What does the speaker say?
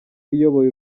iyoboye